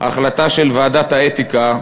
החלטה של ועדת האתיקה,